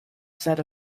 said